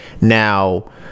Now